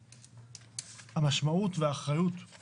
המשמעות והאחריות של